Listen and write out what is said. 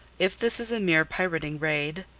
if this is a mere pirating raid,